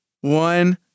One